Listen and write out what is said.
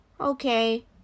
Okay